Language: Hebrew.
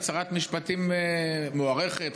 את שרת משפטים מוערכת,